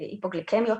היפוגליקמיה,